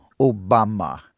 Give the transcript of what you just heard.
Obama